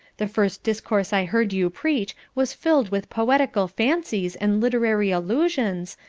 the first discourse i heard you preach was filled with poetical fancies and literary allusions,